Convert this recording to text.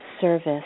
service